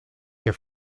que